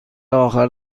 آخر